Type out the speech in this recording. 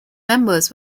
members